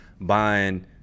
buying